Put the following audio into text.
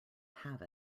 have